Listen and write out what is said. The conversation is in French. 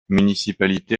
municipalité